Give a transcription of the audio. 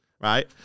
right